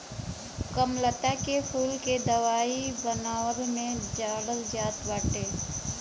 कमललता के फूल के दवाई बनवला में डालल जात बाटे